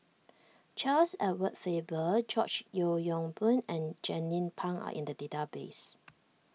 Charles Edward Faber George Yeo Yong Boon and Jernnine Pang are in the database